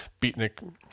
beatnik